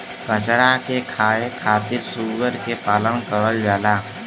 कचरा के खाए खातिर सूअर के पालन करल जाला